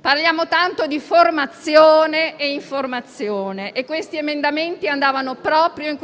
Parliamo tanto di formazione e informazione e quegli emendamenti andavano proprio